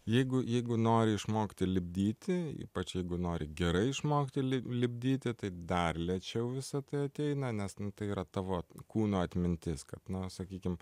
jeigu jeigu nori išmokti lipdyti ypač jeigu nori gerai išmokti lip lipdyti tai dar lėčiau visa tai ateina nes nu tai yra tavo kūno atmintis kad na sakykim